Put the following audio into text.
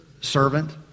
servant